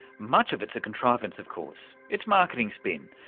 much of it's a contrivance of course, it's marketing spin,